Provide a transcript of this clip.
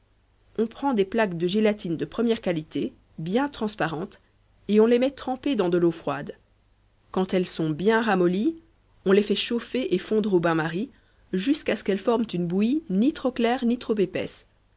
on prend des plaques de gélatine de première qualité bien transparentes et on les met tremper dans de l'eau froide quand elles sont bien ramollies on les fait chauffer et fondre au bain-marie jusqu'à ce qu'elles forment une bouillie ni trop claire ni trop épaisse